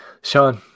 Sean